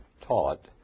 taught